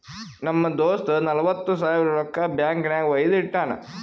ನಮ್ ದೋಸ್ತ ನಲ್ವತ್ ಸಾವಿರ ರೊಕ್ಕಾ ಬ್ಯಾಂಕ್ ನಾಗ್ ವೈದು ಇಟ್ಟಾನ್